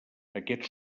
aquests